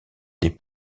des